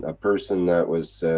ah person that was.